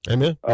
Amen